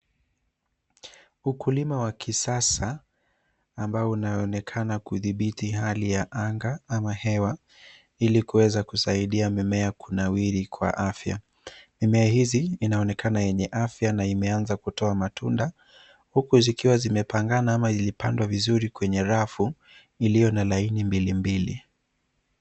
Ukulima wa kisasa ambao unaonekana kudhibiti hali ya anga ama hewa ili kuweza kusaidia mimea kunawiri kwa afya, mimea hizi inaonekana yenye afya na imeanza kutoa matunda huku zikiwa zimepangana ama ilipandwa vizuri kwenye rafu iliyo na laini mbili.